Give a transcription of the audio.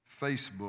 Facebook